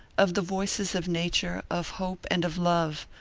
of the voices of nature, of hope and of love,